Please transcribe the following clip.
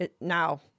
now